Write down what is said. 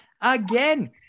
again